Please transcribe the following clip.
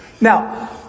now